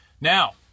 Now